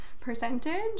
percentage